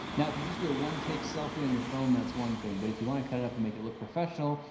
now, if you just do a one take selfie on your phone that's one thing but if you want to cut it up and make it look professional,